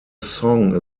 song